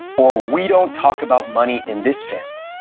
or, we don't talk about money in this family.